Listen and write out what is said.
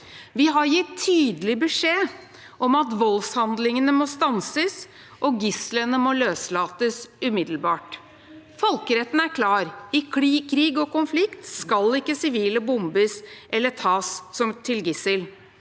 Vi har gitt tydelig beskjed om at voldshandlingene må stanses, og at gislene må løslates umiddelbart. Folkeretten er klar: I krig og konflikt skal ikke sivile bombes eller tas som gisler.